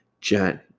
Jen